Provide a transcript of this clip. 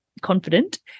confident